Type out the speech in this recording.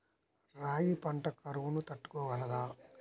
రాగి పంట కరువును తట్టుకోగలదా?